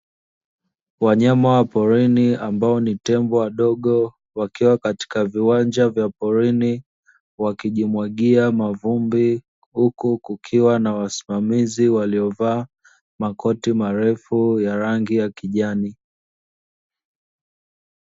Wanyama wa porini ambao ni tembo wadogo wakiwa katika viwanja vya porini wakijimwagia mavumbi huku kukiwa na wasimamizi waliovaa makoti marefu ya rangi ya kijani.